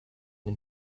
den